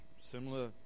similar